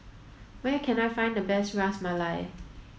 where can I find the best Ras Malai